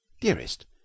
Dearest